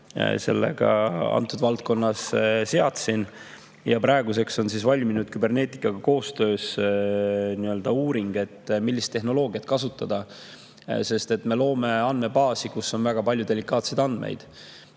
antud valdkonnas seadsin. Praeguseks on [tehtud] Cyberneticaga koostöös uuring, millist tehnoloogiat kasutada, sest me loome andmebaasi, kus on väga palju delikaatseid andmeid.